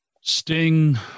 sting